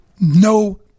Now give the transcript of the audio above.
no